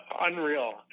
unreal